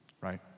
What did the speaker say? right